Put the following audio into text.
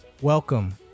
welcome